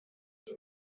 they